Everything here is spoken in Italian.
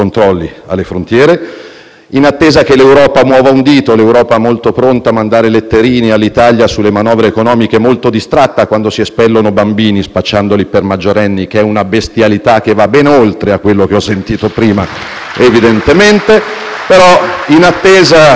in attesa che l'Europa muova un dito. L'Europa è molto pronta a mandare letterine all'Italia sulle manovre economiche e molto distratta quando si espellono bambini spacciandoli per maggiorenni, che è una bestialità che va ben oltre quanto ho sentito prima. *(Applausi